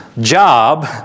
job